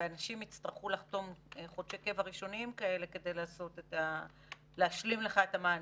ואנשים יצטרכו לחתום חודשי קבע ראשוניים כאלה כדי להשלים לך את המענה?